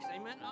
Amen